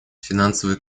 финансовый